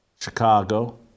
Chicago